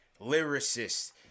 lyricist